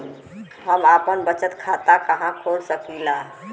हम आपन बचत खाता कहा खोल सकीला?